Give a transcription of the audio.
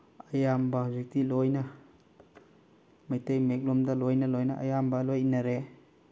ꯑꯌꯥꯝꯕ ꯍꯧꯖꯤꯛꯇꯤ ꯂꯣꯏꯅ ꯃꯩꯇꯩ ꯃꯌꯦꯛ ꯂꯣꯝꯗ ꯂꯣꯏꯅ ꯂꯣꯏꯅ ꯑꯌꯥꯝꯕ ꯂꯣꯏꯅ ꯏꯅꯔꯛꯑꯦ